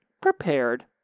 prepared